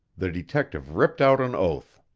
the detective ripped out an oath.